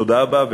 תודה רבה.